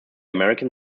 american